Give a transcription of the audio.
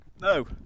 No